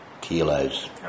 kilos